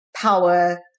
power